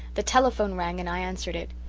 the telephone rang and i answered it.